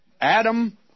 Adam